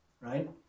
right